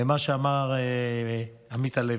למה שאמר עמית הלוי.